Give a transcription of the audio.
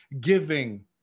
giving